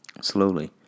Slowly